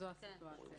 זאת הסיטואציה.